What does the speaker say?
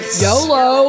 yolo